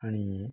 ଆଣି